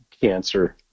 cancer